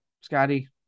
scotty